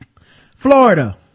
Florida